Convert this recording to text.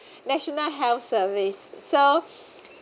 national health service so